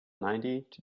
ninety